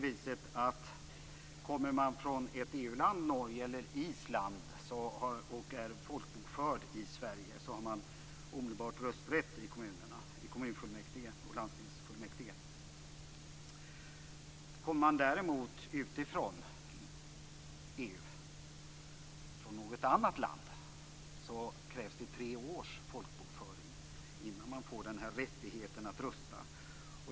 Om man kommer från ett EU-land, Norge eller Island och är folkbokförd i Sverige har man omedelbart rösträtt till kommunfullmäktige och landstingsfullmäktige. Om man däremot kommer från något land utanför EU krävs det tre års folkbokföring innan man får rättigheten att rösta.